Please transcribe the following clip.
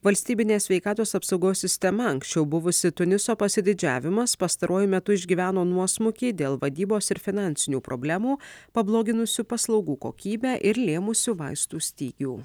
valstybinė sveikatos apsaugos sistema anksčiau buvusi tuniso pasididžiavimas pastaruoju metu išgyveno nuosmukį dėl vadybos ir finansinių problemų pabloginusių paslaugų kokybę ir lėmusių vaistų stygių